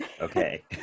Okay